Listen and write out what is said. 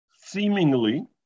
Seemingly